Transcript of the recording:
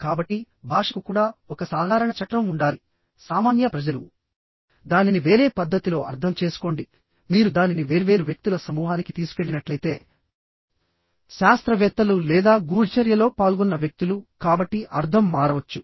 కాబట్టి భాషకు కూడా ఒక సాధారణ చట్రం ఉండాలి సామాన్య ప్రజలు దానిని వేరే పద్ధతిలో అర్థం చేసుకోండిమీరు దానిని వేర్వేరు వ్యక్తుల సమూహానికి తీసుకెళ్లినట్లయితే శాస్త్రవేత్తలు లేదా గూఢచర్యలో పాల్గొన్న వ్యక్తులు కాబట్టి అర్థం మారవచ్చు